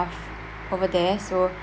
staff over there so